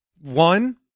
one